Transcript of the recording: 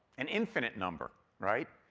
an infinite number, right?